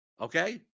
Okay